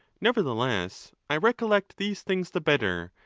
nevertheless, i recollect these things the better,